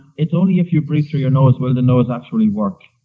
it's only if you breathe through your nose will the nose actually work.